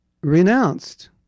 renounced